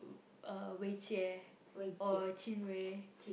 uh Wei-Jie or Chin-Wei